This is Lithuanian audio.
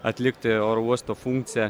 atlikti oro uosto funkciją